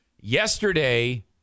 Yesterday